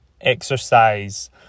exercise